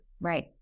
Right